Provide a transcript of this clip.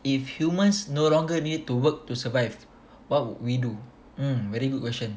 if humans no longer need to work to survive what would we do mm very good question